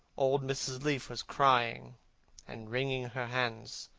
old mrs. leaf was crying and wringing her hands.